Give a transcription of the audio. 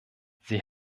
sie